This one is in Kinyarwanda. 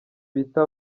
bita